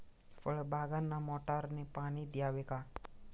फळबागांना मोटारने पाणी द्यावे का?